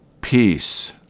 Peace